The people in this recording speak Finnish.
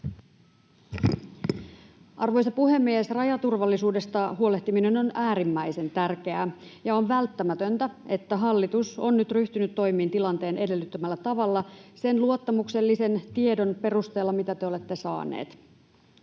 Arvoisa puhemies! Rajaturvallisuudesta huolehtiminen on äärimmäisen tärkeää, ja on välttämätöntä, että hallitus on nyt ryhtynyt toimiin tilanteen edellyttämällä tavalla sen luottamuksellisen tiedon perusteella, mitä te olette saaneet.